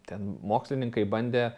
ten mokslininkai bandė